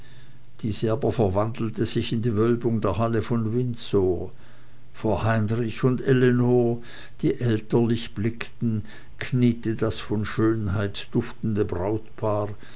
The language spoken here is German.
diese aber verwandelte sich in die wölbung der halle von windsor vor heinrich und ellenor die elterlich blickten kniete das von schönheit duftende brautpaar